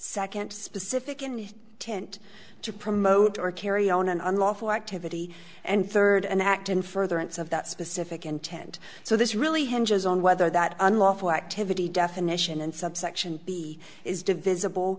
second specific and tent to promote or carry on an unlawful activity and third an act in furtherance of that specific intent so this really hinges on whether that unlawful activity definition and subsection b is divisible